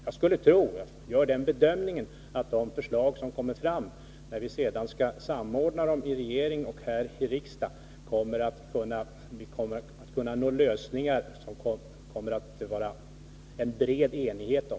Jag gör den bedömningen att vi när vi i regering och riksdag skall samordna de förslag som kommer fram skall kunna nå lösningar som det blir en bred enighet om.